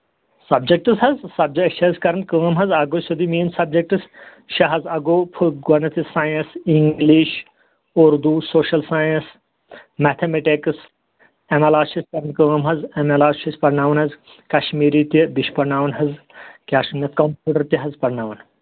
subjects حظ subjects چھِ أسۍ کران کٲم حظ اکھ گوٚو سیوٚدُے مین سَبجیکٹٕس شےٚ ہَتھ اکھ گوٚو فُل گۄڈٕنیٚتھٕے science English Urdu social science mathematics اَمہِ علاوٕ چھِ کران کٲم حظ اَمہِ علاوٕ چھِ أسۍ پَرناون حظ کَشمیٖری تہِ بیٚیہِ چھِ پرناون حظ کیٛاہ چھِ ونان اَتھ کَمپیٛوٗٹر تہِ حظ پَرناوان